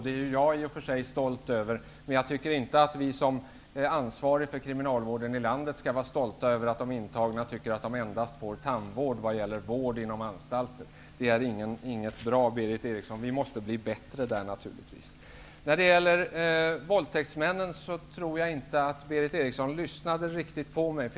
Det är jag i och för sig stolt över, men jag tycker inte att vi som är ansvariga för kriminalvården i landet skall vara stolta över att de intagna tycker att de endast får tandvård inom anstalten. Det är inte bra, Berith Eriksson. Vi måste naturligtvis bli bättre. När det gäller våldtäktsmännen tror jag inte att Berith Eriksson lyssnade riktigt på mig.